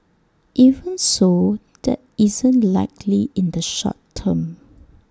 even so that isn't likely in the short term